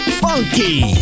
funky